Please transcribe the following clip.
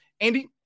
Andy